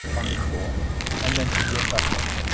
on the floor and then to get back up.